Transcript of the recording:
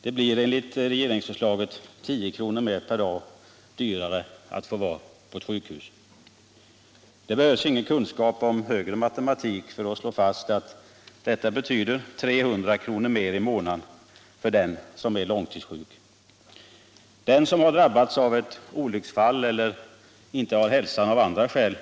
Det blir enligt regeringsförslaget 10 kr. dyrare per dag att få vara på ett sjukhus. Det behövs ingen kunskap i högre matematik för att slå fast att detta betyder 300 kr. mer i månaden för den som är långtidssjuk. Den som har drabbats av ett olycksfall eller av andra skäl inte har hälsan